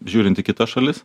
žiūrint į kitas šalis